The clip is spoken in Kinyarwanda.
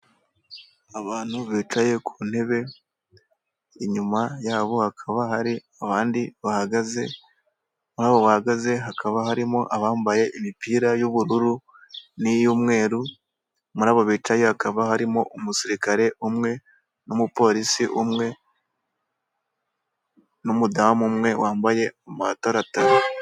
Abantu bicaye ku ntebe inyuma yabo hakaba hari abandi bahagaze, muri abo bahagaze hakaba harimo abambaye imipira y'ubururu n'iy'umweru, muri abo bicaye hakaba harimo umusirikare umwe, n'umupolisi umwe, n'umudamu umwe wambaye amataratara.